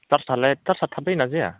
सार्जआरालाय थाब जायोना जाया